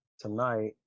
tonight